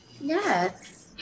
yes